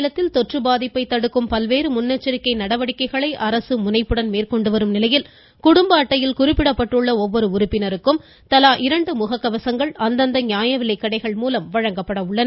மாநிலத்தில் தொற்று பாதிப்பை தடுக்கும் பல்வேறு முன்னெச்சரிக்கை நடவடிக்கைகளை முனைப்புடன் அரசு குடும்பஅட்டையில் குறிப்பிடப்பட்டுள்ள ஒவ்வொரு உறுப்பினருக்கும் தலா இரண்டு முகக்கவசங்கள் அந்தந்த நியாயவிலைக்கடைகள் மூலம் வழங்கப்பட உள்ளன